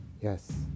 Yes